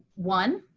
one,